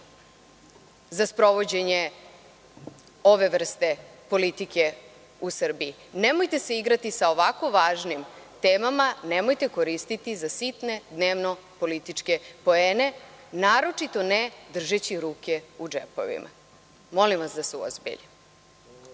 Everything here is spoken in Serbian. za sprovođenje ove vrste politike u Srbiji. Nemojte se igrati sa ovako važnim temama, nemojte koristiti za sitne dnevno-političke poene, naročito ne držeći ruke u džepovima. Molim vas da se uozbiljimo.